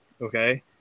Okay